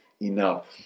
enough